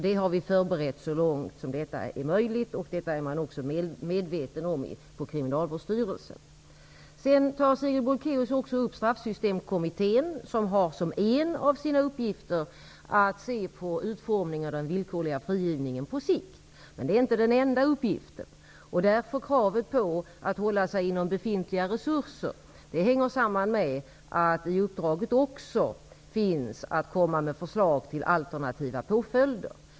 Detta har vi förberett så långt det har varit möjligt. Också på Kriminalvårdsstyrelsen är man medveten om detta. Straffsystemkommittén, som har som en av sina uppgifter att se på utformningen av den villkorliga frigivningen på sikt. Men det är inte den enda uppgiften. Därmed hänger kravet på att man skall hålla sig inom befintliga resurser samman med att det i uppdraget ingår att också komma med förslag till alternativa påföljder.